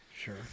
Sure